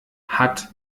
hat